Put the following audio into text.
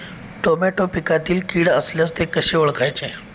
Tomato पिकातील कीड असल्यास ते कसे ओळखायचे?